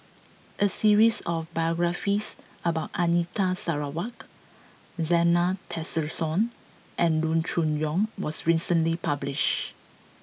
a series of biographies about Anita Sarawak Zena Tessensohn and Loo Choon Yong was recently published